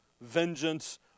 vengeance